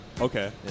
Okay